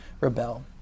rebel